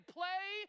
play